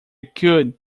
could